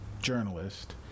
journalist